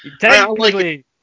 Technically